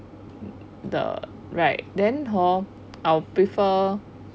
the right then hor I prefer